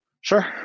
sure